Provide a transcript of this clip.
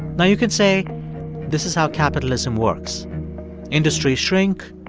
now, you can say this is how capitalism works industries shrink,